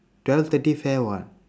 twelve thirty fair [what]